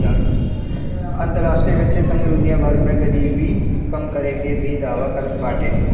अंतरराष्ट्रीय वित्तीय संघ दुनिया भर में गरीबी कम करे के भी दावा करत बाटे